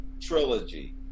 trilogy